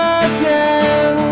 again